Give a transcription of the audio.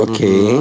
Okay